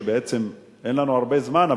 אין לנו הרבה זמן,